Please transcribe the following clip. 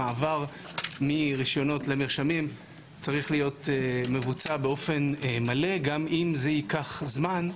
המעבר מרשיונות למרשמים צריך להיות מבוצע באופן מלא גם אם זה ייקח זמן,